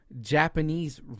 Japanese